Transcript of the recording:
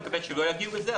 אני מקווה שלא יגיעו לזה,